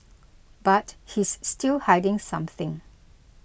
but he's still hiding something